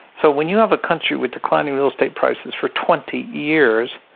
so when you have a country with declining real estate prices for twenty years,